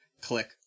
click